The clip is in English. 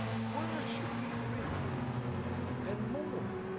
why should we grieve and mourn